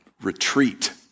retreat